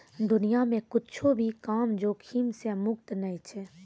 दुनिया मे कुच्छो भी काम जोखिम से मुक्त नै छै